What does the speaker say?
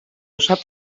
sap